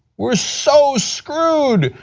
we are so screwed.